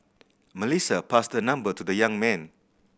Melissa passed her number to the young man